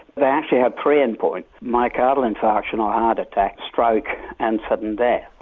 they actually have three endpoints myocardial infarction or heart attacks, stroke and sudden death.